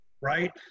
right